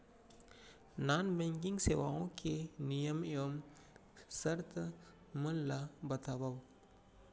non banking सेवाओं के नियम एवं शर्त मन ला बतावव